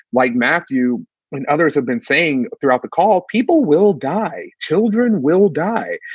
like matthew and others have been saying throughout the call, people will die. children will die.